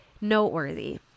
noteworthy